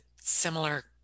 similar